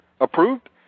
approved